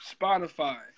Spotify